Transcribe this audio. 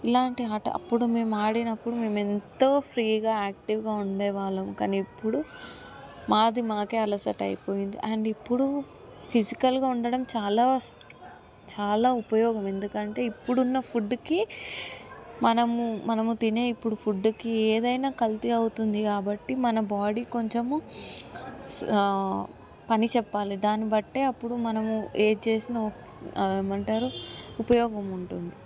ఇలాంటి ఆట అప్పుడు మేము ఆడినప్పుడు మేము ఎంతో ఫ్రీగా యాక్టివ్గా ఉండే వాళ్ళం కానీ ఇప్పుడు మాది మాకే అలసట అయిపోయింది అండ్ ఇప్పుడు ఫిజికల్గా ఉండడం చాలా చాలా ఉపయోగము ఎందుకంటే ఇప్పుడున్న ఫుడ్కి మనము మనము తినే ఇప్పుడు ఫుడ్కి ఏదైనా కల్తీ అవుతుంది కాబట్టి మన బాడీ కొంచెము పని చెప్పాలి దాన్నిబట్టి అప్పుడు మనము ఏం చేసిన ఏమంటారు ఉపయోగం ఉంటుంది